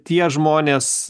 tie žmonės